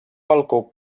balcó